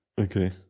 Okay